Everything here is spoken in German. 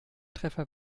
treffer